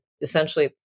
essentially